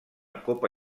copa